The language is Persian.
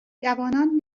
جوانان